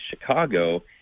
Chicago